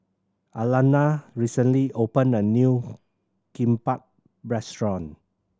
Alannah recently opened a new Kimbap Restaurant